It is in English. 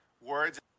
words